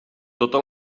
tota